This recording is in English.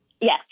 Yes